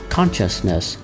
Consciousness